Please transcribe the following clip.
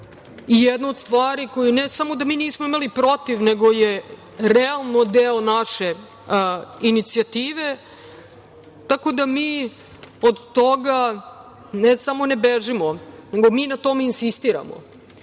i jedna od stvari koju ne samo da mi nismo imali protiv, nego je realno deo naše inicijative, tako da mi od toga ne samo ne bežimo, nego mi na tome insistiramo.